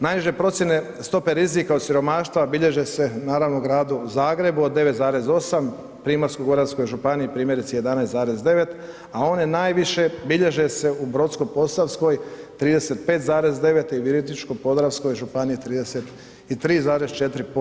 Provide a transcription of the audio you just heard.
Najniže procjene stopa rizika od siromaštva bilježe se naravno u gradu Zagrebu od 9,8, Primorsko-goranskoj županiji primjerice 11,9 a one najviše bilježe se u Brodsko-posavskoj 35,9 i Virovitičko-podravskoj županiji 33,4%